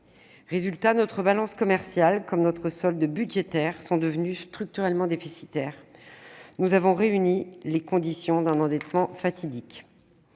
Résultat : notre balance commerciale, comme notre solde budgétaire, est devenue structurellement déficitaire. Nous avons réuni les conditions d'un endettement fatidique.